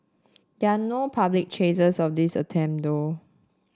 there are no public traces of these attempt though